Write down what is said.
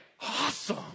Awesome